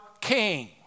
king